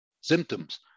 symptoms